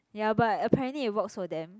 ya but apparently it works for them